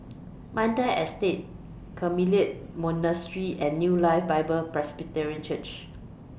Mandai Estate Carmelite Monastery and New Life Bible Presbyterian Church